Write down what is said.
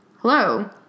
hello